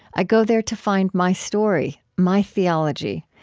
i go there to find my story my theology.